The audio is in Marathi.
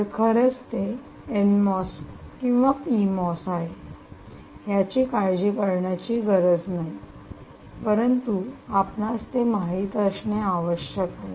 तर खरंच ते एनमॉस किंवा पीमॉस आहे याची काळजी करण्याची गरज नाही परंतु आपणास ते माहित असणे आवश्यक आहे